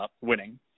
winning